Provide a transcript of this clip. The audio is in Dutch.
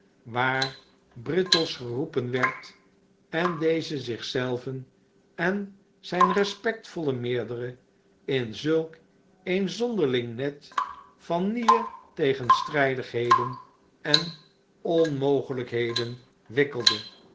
waar brittles geroepen werd en deze zich zelven en zijn respectvollen meerdere in zulk een zonderling net van nieuwe tegenstrijdigheden en onmogelijkheden wikkelde